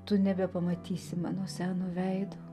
tu nebepamatysi mano seno veido